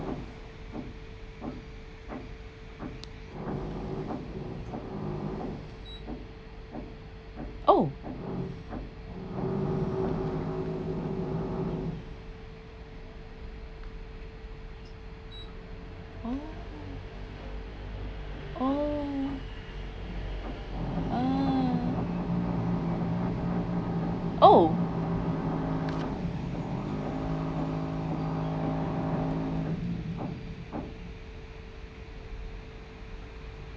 oh oh ah oh